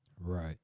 Right